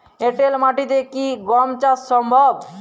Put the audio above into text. এঁটেল মাটিতে কি গম চাষ সম্ভব?